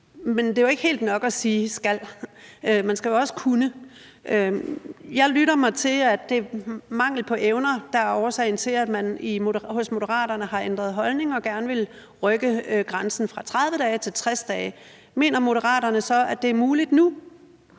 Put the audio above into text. Men det er jo ikke helt nok at sige »skal« – man skal jo også kunne. Jeg lytter mig til, at det er mangel på evner, der er årsagen til, at man hos Moderaterne har ændret holdning og gerne vil rykke grænsen fra 30 dage til 60 dage. Mener Moderaterne så, at det er muligt nu?